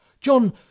John